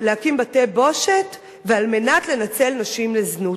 להקים בתי-בושת ועל מנת לנצל נשים לזנות.